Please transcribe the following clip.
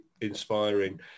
inspiring